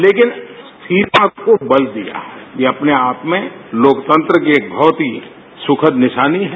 लेकिन स्थिरता को बल दिया है ये अपने आप में लोकतंत्र की एक बहत ही सुखद निशानी है